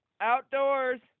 Outdoors